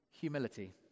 Humility